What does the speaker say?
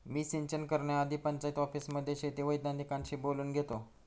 मी सिंचन करण्याआधी पंचायत ऑफिसमध्ये शेती वैज्ञानिकांशी बोलून घेतो